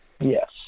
yes